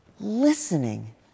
Listening